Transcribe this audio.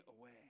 away